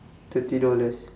thirty dollars